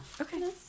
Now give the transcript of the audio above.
okay